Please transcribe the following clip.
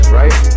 right